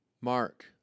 Mark